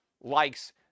likes